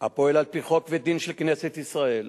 הפועל על פי חוק ודין של כנסת ישראל,